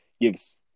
gives